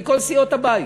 מכל סיעות הבית,